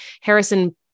Harrison